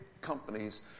companies